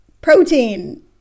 Protein